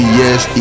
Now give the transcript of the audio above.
yes